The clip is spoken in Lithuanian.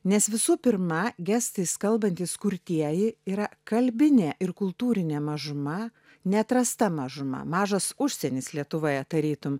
nes visų pirma gestais kalbantys kurtieji yra kalbinė ir kultūrinė mažuma neatrasta mažuma mažas užsienis lietuvoje tarytum